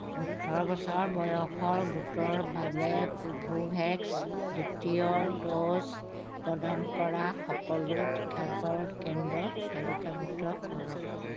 ওঠৰ বছৰ বয়সৰ গোটৰ বাবে কোভোভেক্স দ্বিতীয় ড'জ প্ৰদান কৰা সকলো টীকাকৰণ কেন্দ্ৰ তালিকাভুক্ত কৰক